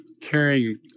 carrying